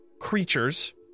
creatures